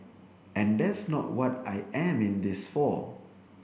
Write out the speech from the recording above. and that's not what I am in this for